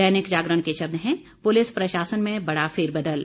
दैनिक जागरण के शब्द हैं पुलिस प्रशासन में बड़ा फेरबदल